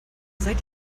seid